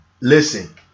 Listen